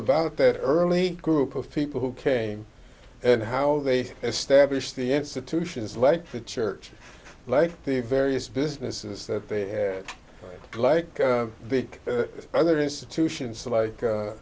about their early group of people who came and how they established the institutions like the church like the various businesses that they had like big brother institutions like